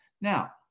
Now